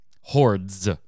Hordes